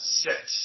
sit